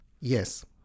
Yes